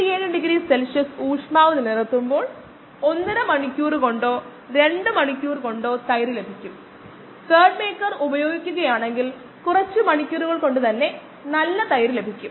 5 ലെ ലെക്ചർ മെറ്റീരിയലിൽ നിന്ന് മൈക്കിളിസ് മെന്റൻ പാരാമീറ്ററുകൾ ലൈൻവീവർ ബർക്ക് പ്ലോട്ടിന്റെ ചരിവിൽ നിന്നും കൂടിച്ചേരലിൽ നിന്നും mm പാരാമീറ്ററുകൾ നേടാമെന്നും നമുക്കറിയാം